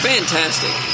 Fantastic